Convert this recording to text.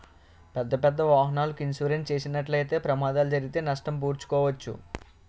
పెద్దపెద్ద వాహనాలకు ఇన్సూరెన్స్ చేసినట్లయితే ప్రమాదాలు జరిగితే నష్టం పూడ్చుకోవచ్చు